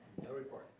no report.